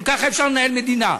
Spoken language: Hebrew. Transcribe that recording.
אם ככה אפשר לנהל מדינה.